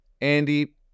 Andy